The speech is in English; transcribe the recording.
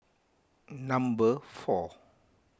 number four